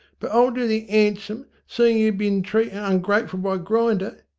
but i'll do the an'some, seein' you're bin treated ungrateful by grinder.